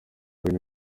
bene